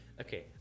okay